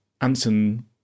Anson